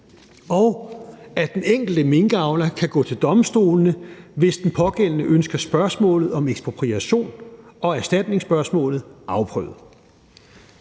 og at den enkelte minkavler kan gå til domstolene, hvis den pågældende ønsker spørgsmålet om ekspropriation og erstatningsspørgsmålet afprøvet.